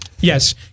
Yes